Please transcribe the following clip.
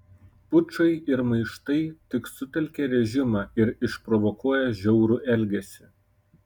pučai ir maištai tik sutelkia režimą ir išprovokuoja žiaurų elgesį